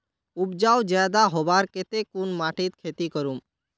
उपजाऊ ज्यादा होबार केते कुन माटित खेती करूम?